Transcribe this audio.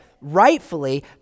rightfully